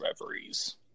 Reveries